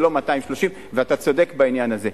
ולא 230, ואתה צודק בעניין הזה.